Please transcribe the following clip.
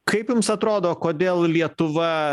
kaip jums atrodo kodėl lietuva